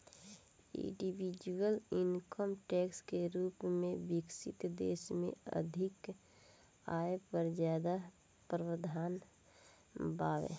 individual income tax के रूप में विकसित देश में अधिक आय पर ज्यादा प्रावधान बावे